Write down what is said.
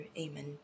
Amen